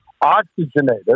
oxygenated